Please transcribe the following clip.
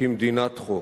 כמדינת חוק.